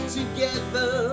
together